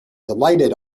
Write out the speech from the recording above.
delighted